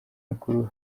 mikuru